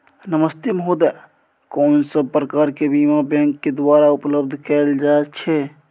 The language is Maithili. नमस्ते महोदय, कोन सब प्रकार के बीमा बैंक के द्वारा उपलब्ध कैल जाए छै?